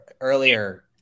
earlier